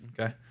Okay